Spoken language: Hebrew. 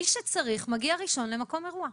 מי שצריך מגיע ראשון למקום האירוע.